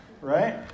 right